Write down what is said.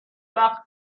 وقت